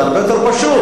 זה הרבה יותר פשוט.